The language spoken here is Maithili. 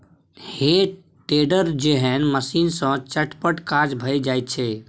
हे टेडर जेहन मशीन सँ चटपट काज भए जाइत छै